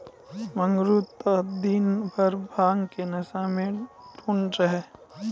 मंगरू त दिनभर भांग के नशा मॅ टुन्न रहै